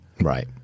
Right